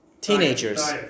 Teenagers